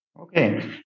Okay